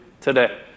today